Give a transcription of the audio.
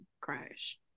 crash